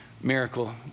miracle